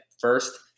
first